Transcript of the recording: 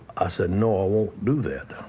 i said, no, i won't do that.